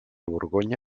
borgonya